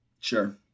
sure